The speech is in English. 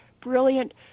brilliant